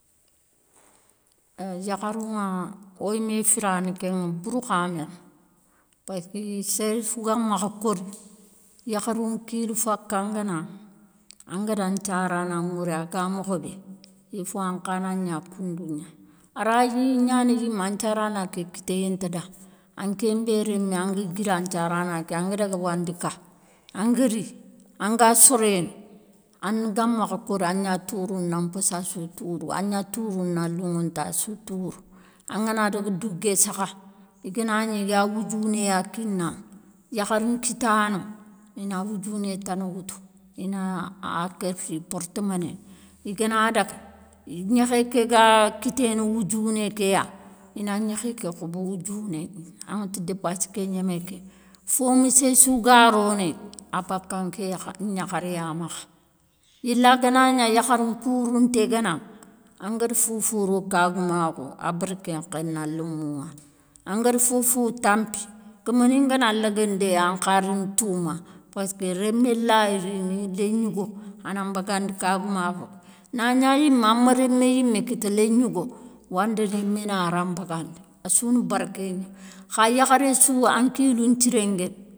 Euuuh yakharounŋa oy mé firana kén bourou kha méné, passki séréssou ga makha kori, yakhari nkilou faka nguénaŋa, angana nthiarana nŋwori aga mokhobé ifo ankha na gna koundou gna, aragnignana yimé anthiarana ké kitéyé nta da, anké mbé rémé anga guira nthiarana ké anga daga wandika anga ri anga soréné an ngamakh kori agna tourouna mpossassou tourrou, agna tourou na linŋonta sou tourou, angana daga dougué sakha iganagni iga woudiouné ya kinaŋa, yakharinkitano, ina woudiouné tana woutou, ina a kéfi porteméné, iganadaga gnékhé ké ga kiténé woudiouné kéya, ina gnékhé ké khobo woudiouné, anŋatou dépassi ké gnémé ké. Fo misséssou ga ronéy, abanka nké yakharé ya makha, yéla ganagna yakhari nkourounté guénanŋa, angari fofo ro kagoumakhou aberké nkhéna lémou nŋa, angara fofo tampi, kéméné nguéna léguéndéy ankha rini touma, passka rémé lay rini, lén gnigo ana mbagandi kagoumakhou, nagna yimé ama rémé yimé kita lén gnigo, wandi rémé nara mbagandi, assouna barké gna. Kha yakharéssou an nkilou nthiré nguéni.